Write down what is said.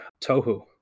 Tohu